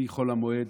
מחול המועד,